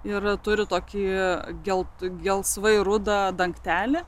ir turį tokį gelt gelsvai rudą dangtelį